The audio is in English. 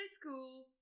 school